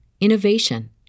innovation